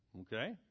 Okay